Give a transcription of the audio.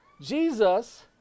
Jesus